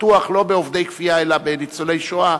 בטוח לא בעובדי כפייה אלא בניצולי שואה.